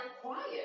quiet